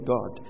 God